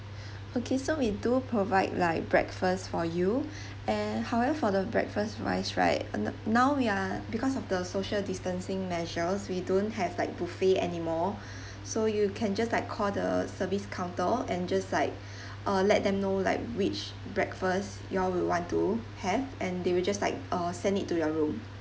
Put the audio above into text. okay so we do provide like breakfast for you and however for the breakfast wise right n~ now we're because of the social distancing measures we don't have like buffet anymore so you can just like call the service counter and just like uh let them know like which breakfast you all will want to have and they will just like uh send it to your room